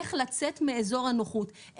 איך לצאת מאזור הנוחות,